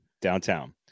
downtown